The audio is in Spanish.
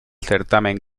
certamen